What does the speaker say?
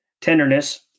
tenderness